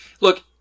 Look